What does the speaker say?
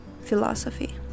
philosophy